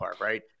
right